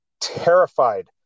terrified